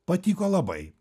patiko labai